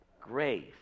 grace